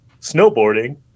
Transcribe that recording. snowboarding